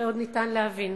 שעוד ניתן להבין.